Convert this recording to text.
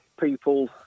people